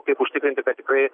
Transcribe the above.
kap užtikrinti kad tikrai